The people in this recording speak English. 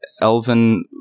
elven